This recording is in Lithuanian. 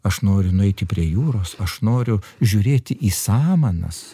aš noriu nueiti prie jūros aš noriu žiūrėt į samanas